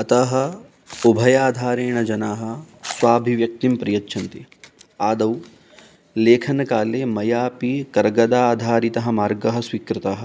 अतः उभयाधारेण जनाः स्वाभिव्यक्तिं प्रयच्छन्ति आदौ लेखनकाले मया अपि कर्गजाधारितः मार्गः स्वीकृतः